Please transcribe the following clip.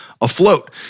afloat